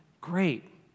Great